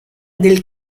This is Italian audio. del